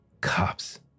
Cops